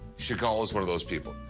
chagall is one of those people.